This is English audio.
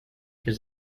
his